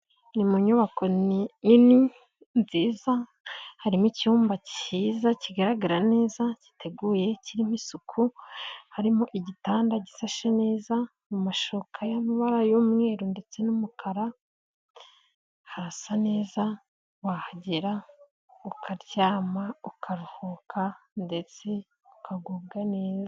Ni mu nyubako nini, nziza harimo icyumba cyiza, kigaragara neza, giteguye, kirimo isuku, harimo igitanda gisashe neza, mu mashoka y'amabara y'umweru ndetse n'umukara, harasa neza, wahagera, ukaryama, ukaruhuka ndetse ukagubwa neza.